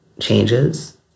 changes